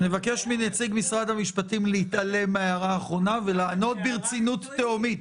נבקש מנציג משרד המשפטים להתעלם מההערה האחרונה ולענות ברצינות תהומית.